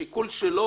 השיקול שלו,